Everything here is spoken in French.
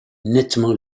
nettement